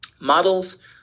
models